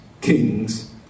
kings